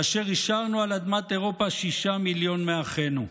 כאשר השארנו על אדמת אירופה שישה מיליון מאחינו,